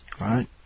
Right